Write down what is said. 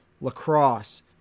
lacrosse